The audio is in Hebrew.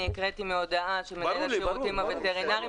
אני קראתי מהודעה השירותים הווטרינרים